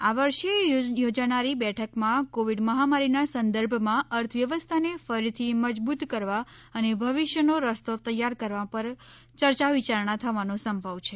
આ વર્ષે યોજાનારી બેઠકમાં કોવિડ મહામારીના સંદર્ભમાં અર્થવ્યવસ્થાને ફરીથી મજબૂત કરવા અને ભવિષ્યનો રસ્તો તૈયાર કરવા પર ચર્ચાવિયારણા થવાનો સંભવ છે